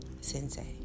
Sensei